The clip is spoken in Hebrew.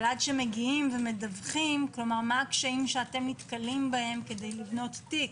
אבל עד שמגיעים ומדווחים מה הקשיים שאתם נתקלים בהם כדי לבנות תיק?